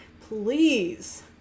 Please